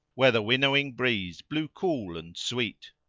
where the winnowing breeze blew cool and sweet.